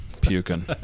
Puking